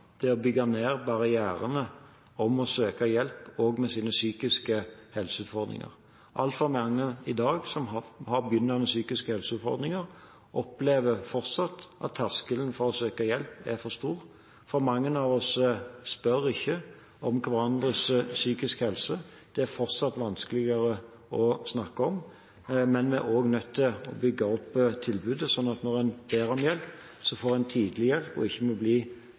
bidrar til å bygge ned barrierene for å søke hjelp også for psykiske helseutfordringer. Altfor mange av dem som i dag har begynnende psykiske helseutfordringer, opplever fortsatt at terskelen for å søke hjelp er for høy. For mange av oss spør ikke om hverandres psykiske helse. Det er fortsatt vanskelig å snakke om. Men vi er også nødt til å bygge opp tilbudet, slik at når en ber om hjelp, får en tidlig hjelp og må ikke bli